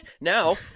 now